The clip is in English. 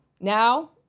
Now